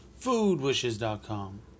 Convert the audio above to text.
foodwishes.com